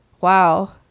Wow